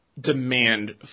demand